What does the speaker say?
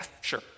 sure